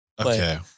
Okay